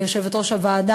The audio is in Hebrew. יושבת-ראש הוועדה,